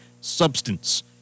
substance